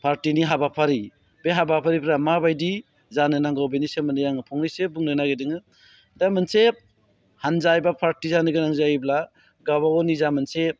पार्टिनि हाबाफारि बे हाबाफारिफ्रा माबायदि जानो नांगौ बिनि सोमोन्दै आङो फंनैसो बुंनो नागेरदोङो दा मोनसे हानजा एबा पार्टि जानो गोनां जायोब्ला गाबा गाव निजा मोनसे